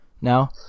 now